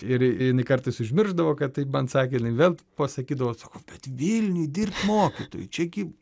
ir jinai kartais užmiršdavo kad taip man sakė ir jinai vėl pasakydavo sako bet vilniuj dirbt mokytoju čia gi